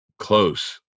Close